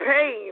pain